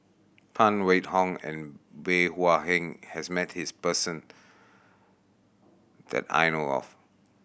Phan Wait Hong and Bey Hua Heng has met this person that I know of